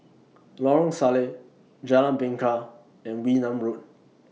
Lorong Salleh Jalan Bingka and Wee Nam Road